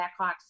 Blackhawks